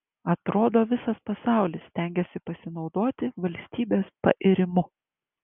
atrodo visas pasaulis stengiasi pasinaudoti valstybės pairimu